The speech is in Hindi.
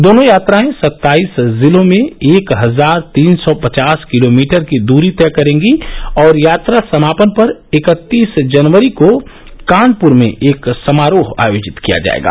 दोनों यात्राएं सत्ताईस जिलों में एक हजार तीन सौ पचास किलोमीटर की दूरी तय करेंगी और यात्रा समापन पर इकत्तीस जनवरी को कानपुर में एक समारोह आयोजित किया जायेगा